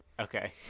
Okay